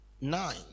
Nine